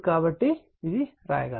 కాబట్టి ఇది వ్రాయగలరు